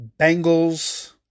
Bengals